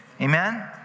Amen